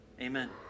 Amen